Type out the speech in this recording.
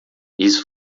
isso